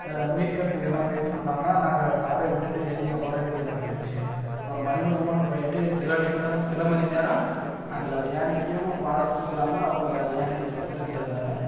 மீட்கறதுக்கு என்ன முயற்சி பண்ணாங்கனால் நாங்கள் காரை விட்டுட்டு வெளியே ஓட வேண்டியதாக போயிடுச்சி அப்பறம் மறைமுகமான போயிட்டு சில நிமிடங்கள் சில மணி நேரம் நாங்கள் யானைக்கும் பாரஸ்ட்டு இல்லாமல் அவங்க யானையை துரத்திவிட்டதுனால